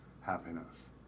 happiness